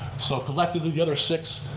so collectively the other six,